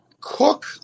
Cook